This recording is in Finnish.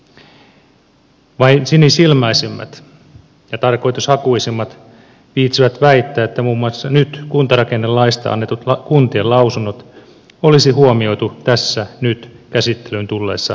vain sinisilmäisimmät ja tarkoitushakuisimmat viitsivät väittää että muun muassa nyt kuntarakennelaista annetut kuntien lausunnot olisi huomioitu tässä nyt käsittelyyn tulleessa lakiesityksessä